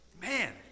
man